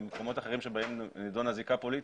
במקומות אחרים שבהם נידונה זיקה פוליטית,